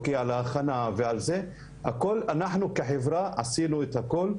על ההכנה והכל - אנחנו כחברה עשינו את הכל,